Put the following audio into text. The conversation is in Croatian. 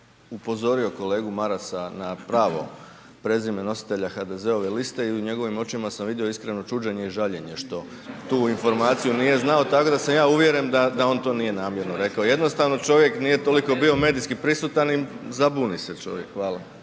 upozorio kolegu Marasa na pravo prezime nositelja HDZ-ove liste i u njegovim očima sam vidio iskreno čuđenje i žaljenje što tu informaciju nije znao, tako da sam ja uvjeren da on to nije namjerno rekao, jednostavno čovjek nije toliko bio medijski prisutan i zabuni se čovjek. Hvala.